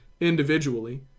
individually